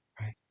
right